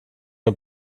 med